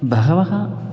बहवः